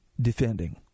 defending